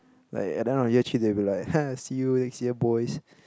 like at the end of year three they will be like !ha! see you next year boys